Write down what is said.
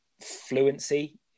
fluency